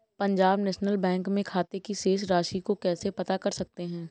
Punjab national bank में खाते की शेष राशि को कैसे पता कर सकते हैं?